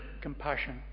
compassion